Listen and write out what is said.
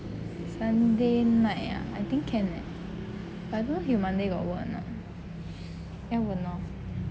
sunday night ah I think can leh but I don't know he monday got work or not 要问 lor